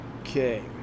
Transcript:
Okay